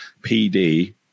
PD